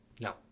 No